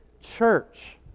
church